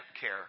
care